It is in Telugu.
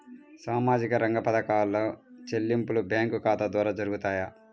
సామాజిక రంగ పథకాల చెల్లింపులు బ్యాంకు ఖాతా ద్వార జరుగుతాయా?